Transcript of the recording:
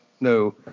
no